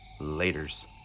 Laters